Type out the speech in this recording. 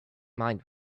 mind